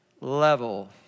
level